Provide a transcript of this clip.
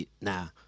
now